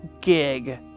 gig